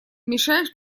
мешаешь